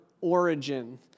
origin